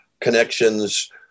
connections